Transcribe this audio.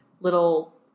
little